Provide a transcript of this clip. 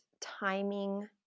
timing